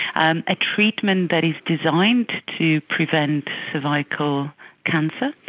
and a treatment that is designed to prevent cervical cancer,